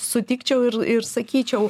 sutikčiau ir ir sakyčiau